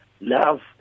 Love